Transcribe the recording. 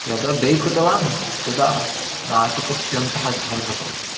यदा डै कृतवान् तदा नासिकस्यन्तः जलं गतम्